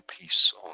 peace